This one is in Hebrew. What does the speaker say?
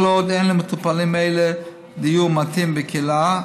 כל עוד אין למטופלים אלה דיור מתאים בקהילה,